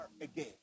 again